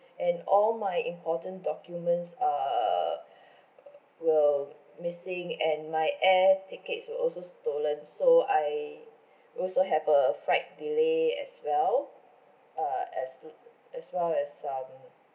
and all my important documents are were missing and my air tickets were also stolen so I also have a flight delay as well uh as l~ as well as um